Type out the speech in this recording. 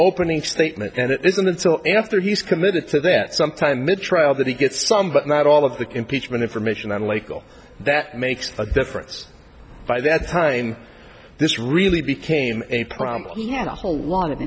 opening statement and it isn't until after he's committed to that sometime mid trial that he gets some but not all of the impeachment information and legal that makes a difference by that time this really became a promise he had a whole lot of